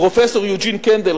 פרופסור יוג'ין קנדל,